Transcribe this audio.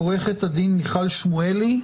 עורכת הדין מיכל שמואלי,